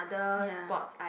ya